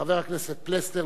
חבר הכנסת פלסנר,